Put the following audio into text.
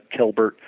Kelbert